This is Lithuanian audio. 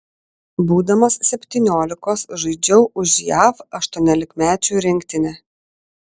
būdamas septyniolikos žaidžiau už jav aštuoniolikmečių rinktinę